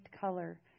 color